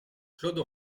claude